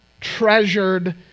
treasured